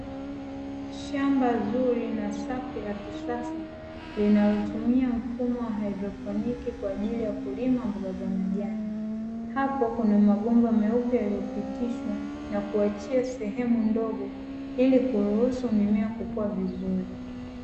Shamba zuri na safi la kisasa linalotumia mfumo wa haidroponi kwa ajili ya kulima mboga za majani. Hapo kuna mabomba meupe yaliyopitishwa na kuachia sehemu ndogo ili kuruhusu mimea kukua vizuri.